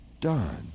done